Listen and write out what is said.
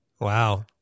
Wow